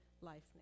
life